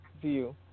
view